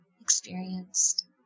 experienced